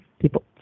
People